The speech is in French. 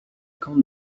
compte